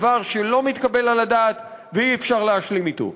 דבר שלא מתקבל על הדעת ואי-אפשר להשלים אתו.